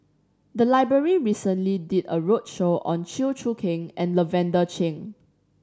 the library recently did a roadshow on Chew Choo Keng and Lavender Chang